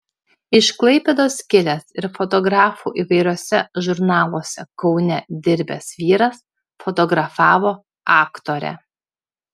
iš klaipėdos kilęs ir fotografu įvairiuose žurnaluose kaune dirbęs vyras fotografavo aktorę